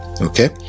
okay